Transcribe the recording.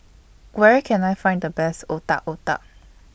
Where Can I Find The Best Otak Otak